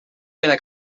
queda